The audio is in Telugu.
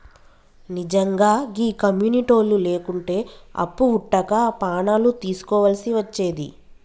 నిజ్జంగా గీ కమ్యునిటోళ్లు లేకుంటే అప్పు వుట్టక పానాలు దీస్కోవల్సి వచ్చేది